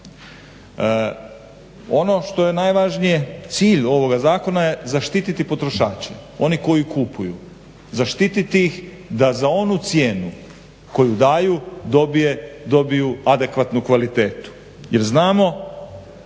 Što je najvažnije, cilj ovoga zakona je zaštititi potrošače one koji kupuju, zaštititi ih da za onu cijenu dobiju adekvatnu kvalitetu